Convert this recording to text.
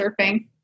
surfing